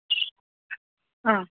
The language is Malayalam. ആ